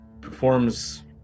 performs